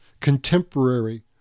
contemporary